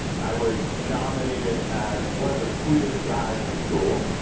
i was nominated as one of the sweetest guys in school.